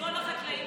חשבון החקלאים